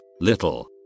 Little